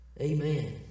Amen